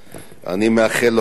אני מאחל לו החלמה מהירה.